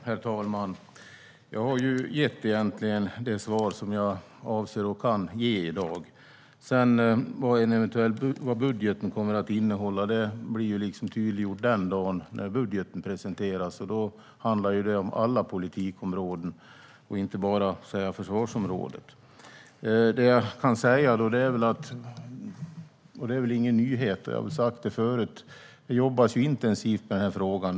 Herr talman! Jag har egentligen gett det svar som jag i dag kan ge och avser att ge. Vad budgeten kommer att innehålla blir tydliggjort den dag den presenteras. Då handlar det om alla politikområden, inte bara försvarsområdet. Det jag kan säga är att det jobbas intensivt med den här frågan.